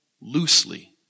loosely